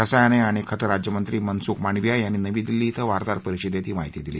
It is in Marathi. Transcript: रसायने आणि खतं राज्यमंत्री मनसुख मांडविया यांनी नवी दिल्ली िंग वार्ताहर परिषदेत ही माहिती दिली